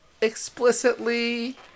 explicitly